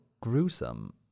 gruesome